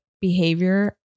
behavior